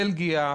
בלגיה,